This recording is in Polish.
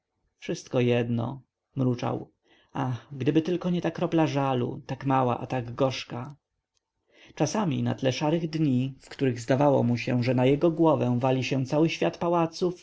wszystko jedno mruczał ach gdyby tylko nie ta kropla żalu tak mała a tak gorzka czasami na tle szarych dni w których zdawało mu się że na jego głowę wali się cały świat pałaców